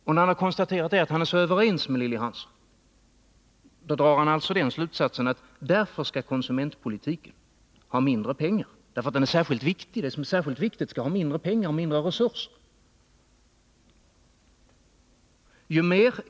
Och när han konstaterat att han är överens med henne, då drar han slutsatsen att konsumentpolitiken därför skall ha mindre pengar. Den är nämligen särskilt viktig, och det som är särskilt viktigt skall ha mindre pengar, mindre resurser.